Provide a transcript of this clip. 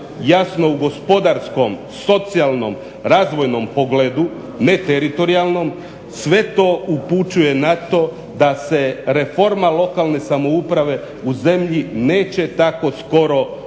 jasno u gospodarskom, socijalnom, razvojnom pogledu ne teritorijalnom. Sve to upućuje na to da se reforma lokalne samouprave u zemlji neće tako skoro dogoditi.